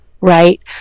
right